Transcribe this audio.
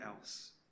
else